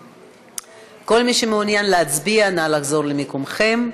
כל מי שמעוניין להצביע, נא לחזור למקומותיכם.